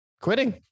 quitting